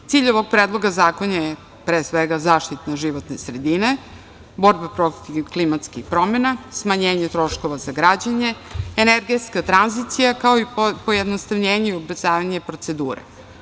Cilj ovog Predloga zakona je, pre svega, zaštita životne sredine, borba protiv klimatskih promena, smanjenje troškova za građane, energetska tranzicija, kao i pojednostavljenje i ubrzavanje procedure.